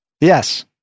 Yes